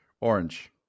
Orange